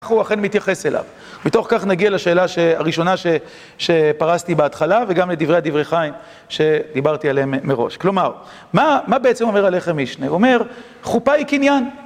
הוא אכן מתייחס אליו, מתוך כך נגיע לשאלה הראשונה שפרשתי בהתחלה וגם לדברי הדברי חיים שדיברתי עליהם מראש כלומר, מה בעצם אומר עלייך מישנה, הוא אומר חופה היא קניין